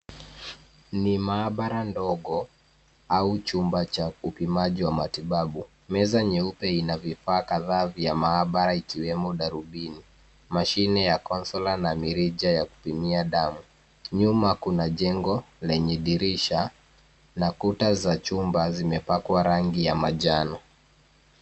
Ni maabara ndogo au chumba cha upimaji wa matibabu meza nyeupe ina vifaa kadhaa vya maabara ikiwemo darubini mashine ya konsola na mirija ya kupimia dawa nyuma kuna jengo lenye dirisha na kuta za chumba zimepakwa rangi ya majano.